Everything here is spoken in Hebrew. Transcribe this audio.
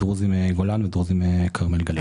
דרוזים מן הגולן ודרוזים מן הכרמל והגליל.